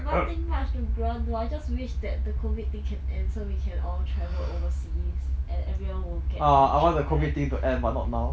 nothing much to grant though I just wish that the COVID thing can end so we can all travel overseas and everyone will get their job back